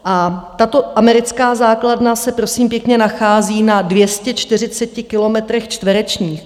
A tato americká základna se prosím pěkně nachází na 240 kilometrech čtverečních.